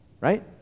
right